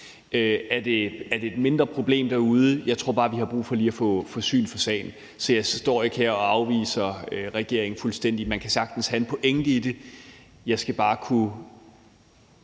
Er det et mindre problem derude? Jeg tror bare, vi lige har brug for at få syn for sagen. Så jeg står ikke her og afviser regeringen fuldstændig. Man kan sagtens have en pointe i det. Jeg skal bare kunne